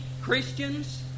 Christians